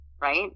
right